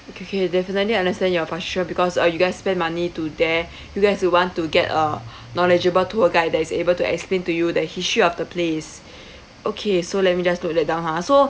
okay we definitely understand your frustration because uh you guys spend money to there you guys do want to get a knowledgeable tour guide that is able to explain to you the history of the place okay so let me just note that down ha so